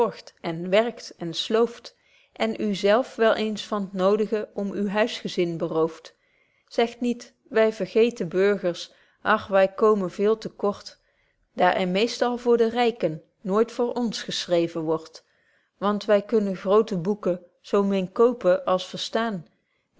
en werkt en slooft en u zelf wel eens van t noodige om uw huisgezin berooft zegt niet wy vergeten burgers ach wy komen veel te kort daar er meestal voor de ryken nooit voor ons geschreven word want wy kunnen groote boeken zo min kopen als verstaan